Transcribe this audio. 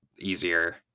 easier